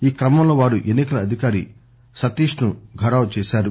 ఈ క్రమంలో వారు ఎన్ని కల అధికారి సతీశ్ ను ఘెరావ్ చేశారు